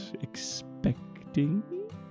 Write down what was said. expecting